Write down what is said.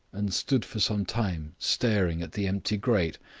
and stood for some time staring at the empty grate.